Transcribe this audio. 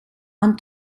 han